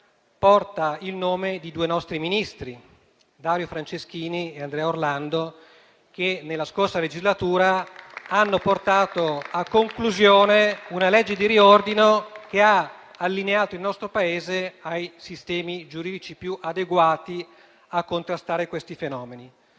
porta il nome di due nostri ministri, Dario Franceschini e Andrea Orlando, che nella scorsa legislatura hanno portato a conclusione una legge di riordino che ha allineato il nostro Paese ai sistemi giuridici più adeguati a contrastare questi fenomeni.